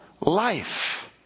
life